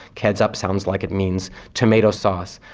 ketchup sounds like it means tomato sauce.